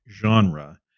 genre